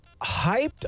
Hyped